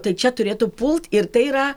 tai čia turėtų pult ir tai yra